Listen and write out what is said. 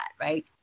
Right